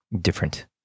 different